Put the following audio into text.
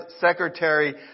secretary